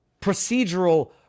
procedural